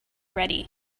ready